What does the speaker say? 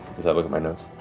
as i look at my notes.